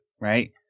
right